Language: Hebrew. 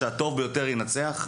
שהטוב ביותר ינצח",